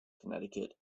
connecticut